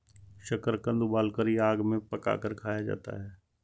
शकरकंद उबालकर या आग में पकाकर खाया जाता है